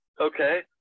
okay